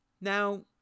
Now